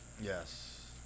Yes